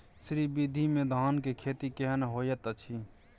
श्री विधी में धान के खेती केहन होयत अछि?